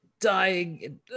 dying